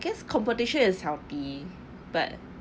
guess competition is healthy but